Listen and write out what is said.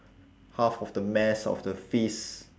half of the mass of the fist